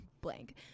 blank